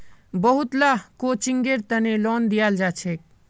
बहुत ला कोचिंगेर तने लोन दियाल जाछेक